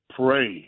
pray